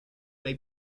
may